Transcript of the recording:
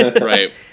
Right